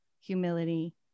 humility